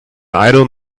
idle